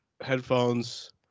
headphones